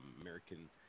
American